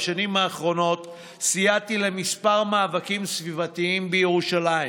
בשנים האחרונות סייעתי בכמה מאבקים סביבתיים בירושלים,